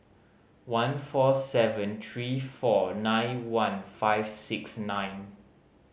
one four seven three four nine one five six nine